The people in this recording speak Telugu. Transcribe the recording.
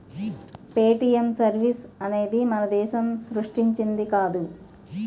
పేటీఎం సర్వీస్ అనేది మన దేశం సృష్టించింది కాదు